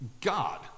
God